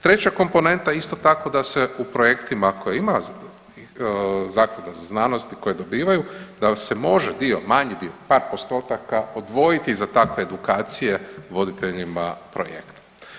Treća komponenta isto tako, da se u projektima koje ima Zaklada za znanost i koje dobivaju, da se može dio, manji dio, par postotaka odvojiti za takve edukacije voditeljima projekata.